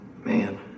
Man